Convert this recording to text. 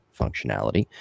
functionality